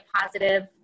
positive